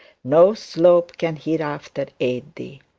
no slope can hereafter aid thee.